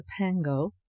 sapango